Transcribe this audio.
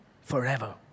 forever